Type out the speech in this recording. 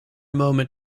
moment